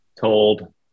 told